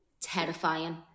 terrifying